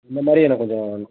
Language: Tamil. இந்த மாதிரி எனக்குக் கொஞ்சம்